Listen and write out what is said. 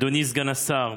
אדוני סגן השר,